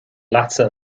leatsa